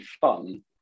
fun